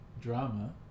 drama